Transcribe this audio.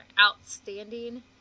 outstanding